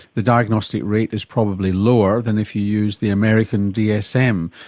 the diagnostic rate is probably lower than if you use the american dsm.